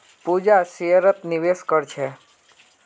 पूजा शेयरत निवेश कर छे